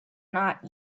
not